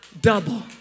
double